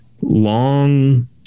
long